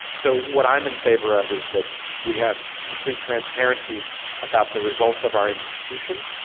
so what i'm in favour of is that we have complete transparency about the results of our institution,